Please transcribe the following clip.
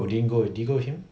you didn't go did you go with him